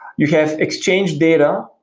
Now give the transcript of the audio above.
you have exchange data,